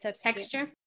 texture